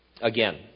Again